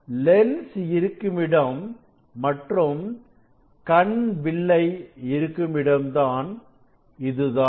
lens இருக்குமிடம் மற்றும் கண் வில்லை இருக்கும் இடம் இதுதான்